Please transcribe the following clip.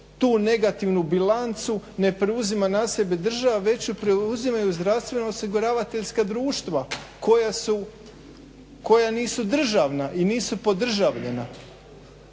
tu negativnu bilancu ne preuzima na sebe država, već ju preuzimaju zdravstveno osiguravateljska društva koja nisu državna i podržavljena.